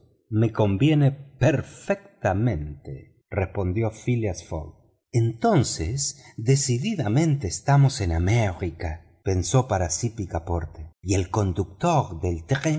me conviene perfectamente respondió phileas fogg decididamente estamos en américa pensó para sí picaporte y el conductor del